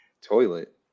toilet